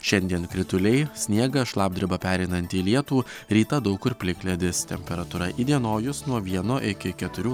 šiandien krituliai sniegas šlapdriba pereinanti į lietų rytą daug kur plikledis temperatūra įdienojus nuo vieno iki keturių laipsnių